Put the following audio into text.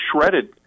shredded